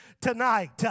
tonight